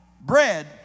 bread